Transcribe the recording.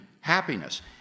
happiness